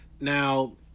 Now